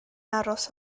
aros